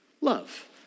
Love